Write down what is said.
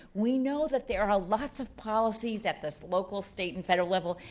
we know that there are lots of policies at the local, state, and federal level,